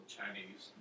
Chinese